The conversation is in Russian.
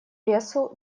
лесу